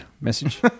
message